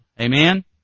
Amen